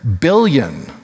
billion